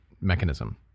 mechanism